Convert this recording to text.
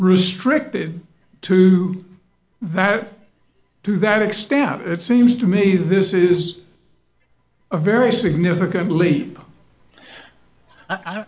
restricted to that to that extent it seems to me this is a very significant leap i